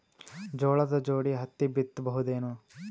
ಜೋಳದ ಜೋಡಿ ಹತ್ತಿ ಬಿತ್ತ ಬಹುದೇನು?